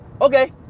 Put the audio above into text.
okay